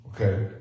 Okay